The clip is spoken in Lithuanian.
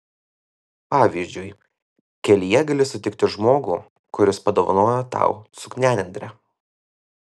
pavyzdžiui kelyje gali sutikti žmogų kuris padovanoja tau cukranendrę